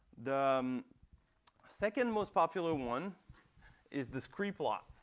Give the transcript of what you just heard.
the um second most popular one is the scree plot.